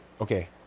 okay